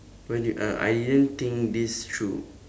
when you uh I didn't think this through